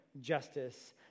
justice